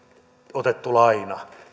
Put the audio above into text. otettu laina